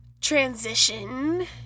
transition